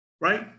right